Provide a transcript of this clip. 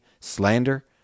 slander